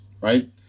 right